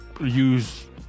use